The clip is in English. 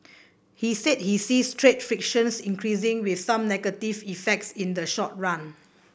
he said he sees trade frictions increasing with some negative effects in the short run